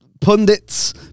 Pundits